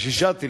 ושישה.